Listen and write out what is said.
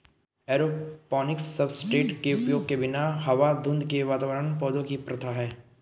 aeroponics substrate के उपयोग के बिना हवा धुंध के वातावरण पौधों की प्रथा है